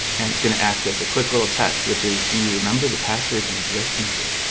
and it's going to ask us a quick little test, which is do you remember the password you just made?